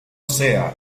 cea